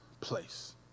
place